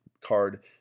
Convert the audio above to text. card